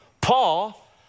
Paul